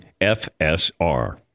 FSR